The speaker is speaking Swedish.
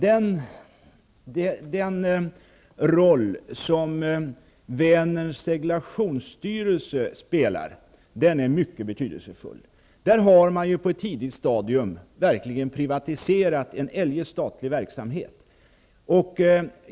Den roll som Vänerns Seglationsstyrelse spelar är mycket betydelsefull. Där har man på ett tidigt stadium privatiserat en eljest statlig verksamhet.